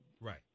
Right